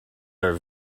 are